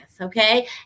okay